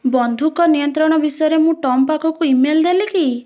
ବନ୍ଧୁକ ନିୟନ୍ତ୍ରଣ ବିଷୟରେ ମୁଁ ଟମ୍ ପାଖକୁ ଇମେଲ ଦେଲି କି